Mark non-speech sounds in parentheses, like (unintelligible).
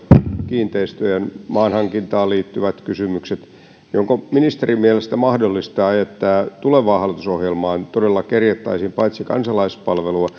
kiinteistöjen ja maanhankintaan liittyvät kysymykset niin onko ministerin mielestä mahdollista että tulevaan hallitusohjelmaan todella kirjattaisiin paitsi kansalaispalvelua (unintelligible)